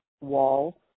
wall